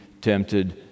tempted